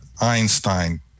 Einstein